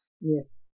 Yes